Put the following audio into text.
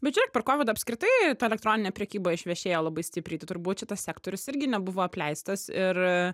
bet žiūrėk per kovidą apskritai ta elektroninė prekyba išvešėjo labai stipriai tai turbūt šitas sektorius irgi nebuvo apleistas ir